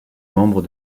membre